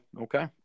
okay